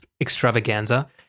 extravaganza